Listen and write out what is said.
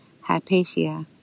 Hypatia